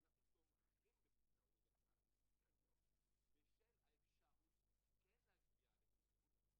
שכל בן אדם - המלצה ברורה ואפשרית בארץ שכל אשה,